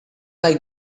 like